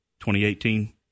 2018